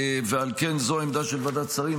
על כן, זו העמדה של ועדת השרים.